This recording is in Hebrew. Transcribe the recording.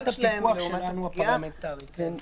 הוא לוחץ על אותו קישור ומאשר דקירה של